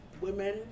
Women